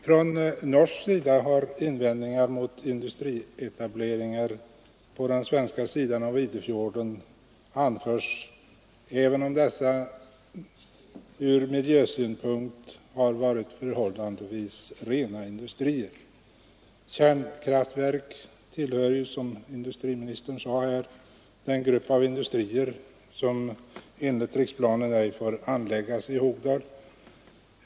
Från norskt håll har invändningar mot industrietableringar på den svenska sidan av Idefjorden anförts, trots att det varit fråga om ur miljösynpunkt förhållandevis rena industrier. Kärnkraftverk tillhör, som industrimini stern sade, den grupp av industrier som enligt riksplanen ej får anläggas i Hogdal.